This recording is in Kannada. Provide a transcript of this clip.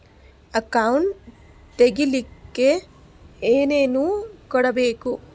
ಅಕೌಂಟ್ ತೆಗಿಲಿಕ್ಕೆ ಏನೇನು ಕೊಡಬೇಕು?